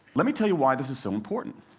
let me tell you why this is so important.